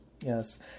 yes